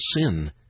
sin